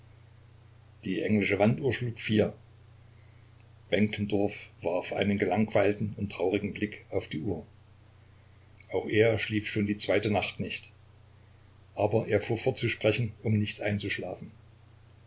die englische wanduhr schlug vier benkendorf warf einen gelangweilten und traurigen blick auf die uhr auch er schlief schon die zweite nacht nicht aber er fuhr fort zu sprechen um nicht einzuschlafen